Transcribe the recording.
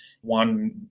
One